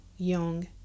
young